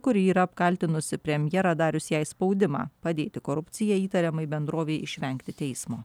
kuri yra apkaltinusi premjerą darius jai spaudimą padėti korupcija įtariamai bendrovei išvengti teismo